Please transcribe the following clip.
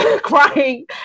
crying